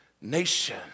nation